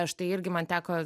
štai irgi man teko